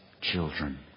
children